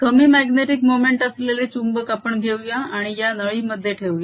कमी magnetic moment असलेले चुंबक आपण घेऊया आणि या नळी मध्ये ठेऊया